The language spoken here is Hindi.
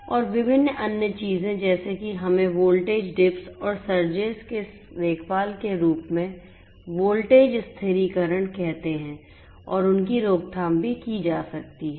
और विभिन्न अन्य चीजें जैसे कि हमें वोल्टेज डिप्स और सर्जेस की देखभाल के रूप में वोल्टेज स्थिरीकरण कहते हैं और उनकी रोकथाम भी की जा सकती है